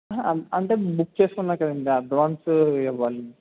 అంటే బుక్ చేసుకున్నారు కదా అండీ అడ్వాన్సు ఇవ్వాలి అండి